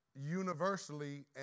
universally